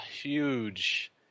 huge